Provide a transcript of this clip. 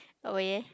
oh ya